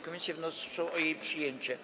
Komisje wnoszą o jej przyjęcie.